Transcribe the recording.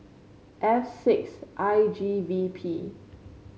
F six I G V P